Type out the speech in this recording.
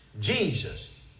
Jesus